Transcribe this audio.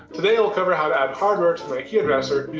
today we'll cover how to add hardware to ikea dresser,